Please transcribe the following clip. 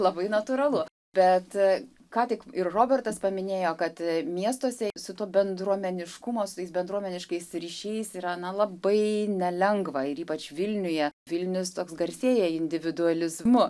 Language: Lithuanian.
labai natūralu bet ką tik ir robertas paminėjo kad miestuose su to bendruomeniškumo su tais bendruomeniškais ryšiais yra na labai nelengva ir ypač vilniuje vilnius toks garsėja individualizmu